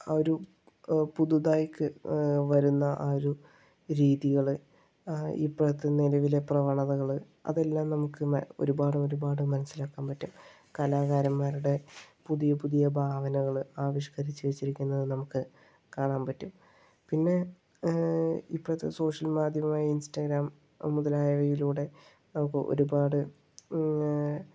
ആ ഒരു പുതുതായി വരുന്ന ആ ഒരു രീതികൾ ആ ഇപ്പോഴത്തെ നിലവിലെ പ്രവണതകൾ അതെല്ലാം നമുക്ക് ഒരുപാട് ഒരുപാട് മനസ്സിലാക്കാൻ പറ്റും കലാകാരന്മാരുടെ പുതിയ പുതിയ ഭാവനകൾ ആവിഷ്ക്കരിച്ച് വച്ചിരിക്കുന്നത് നമുക്ക് കാണാൻ പറ്റും പിന്നെ ഇപ്പോഴത്തെ സോഷ്യൽ മാധ്യമമായ ഇൻസ്റ്റാഗ്രാം മുതലായവയിലൂടെ നമുക്ക് ഒരുപാട്